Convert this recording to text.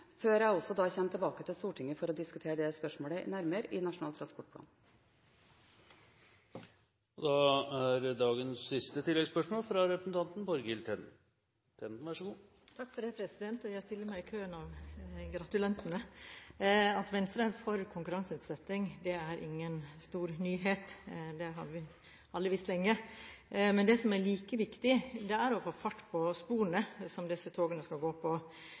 før jeg også kommer tilbake til Stortinget for å diskutere det spørsmålet nærmere i Nasjonal transportplan. Borghild Tenden – til siste oppfølgingsspørsmål. Jeg stiller meg i køen av gratulanter. At Venstre er for konkurranseutsetting er ingen stor nyhet, det har alle visst lenge. Men det som er like viktig, er å få fart på sporene som disse togene skal gå på.